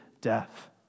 death